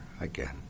again